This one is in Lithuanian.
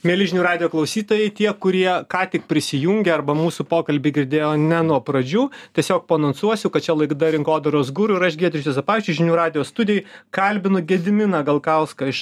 mieli žinių radijo klausytojai tie kurie ką tik prisijungė arba mūsų pokalbį girdėjo ne nuo pradžių tiesiog paanonsuosiu kad čia laida rinkodaros guru ir aš giedrius juozapavičius žinių radijo studijoj kalbinu gediminą galkauską iš